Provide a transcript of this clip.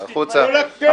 תתבייש.